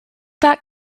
that